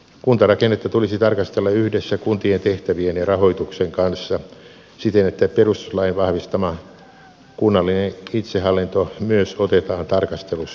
kuntarakennetta tulisi tarkastella yhdessä kuntien tehtävien ja rahoituksen kanssa siten että perustuslain vahvistama kunnallinen itsehallinto myös otetaan tarkastelussa huomioon